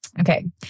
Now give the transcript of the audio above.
Okay